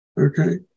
Okay